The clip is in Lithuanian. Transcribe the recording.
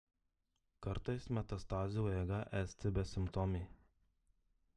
kartais metastazių eiga esti besimptomė